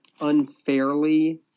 unfairly